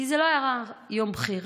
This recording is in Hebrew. כי זה לא היה יום בחירה,